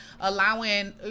allowing